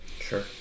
sure